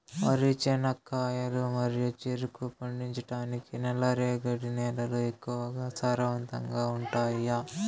వరి, చెనక్కాయలు మరియు చెరుకు పండించటానికి నల్లరేగడి నేలలు ఎక్కువగా సారవంతంగా ఉంటాయా?